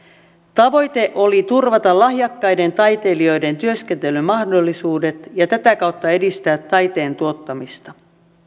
tavoite oli turvata lahjakkaiden taiteilijoiden työskentelymahdollisuudet ja tätä kautta edistää taiteen tuottamista